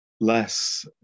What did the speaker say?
less